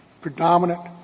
predominant